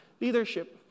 leadership